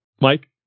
Mike